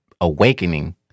awakening